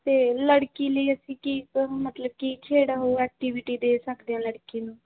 ਅਤੇ ਲੜਕੀ ਲਈ ਅਸੀਂ ਕੀ ਮਤਲਬ ਕਿ ਕਿਹੜਾ ਉਹ ਐਕਟੀਵਿਟੀ ਦੇ ਸਕਦੇ ਹੋ ਲੜਕੀ ਨੂੰ